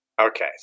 Okay